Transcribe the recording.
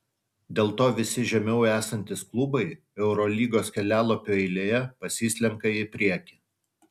dėl to visi žemiau esantys klubai eurolygos kelialapių eilėje pasislenka į priekį